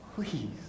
Please